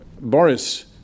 Boris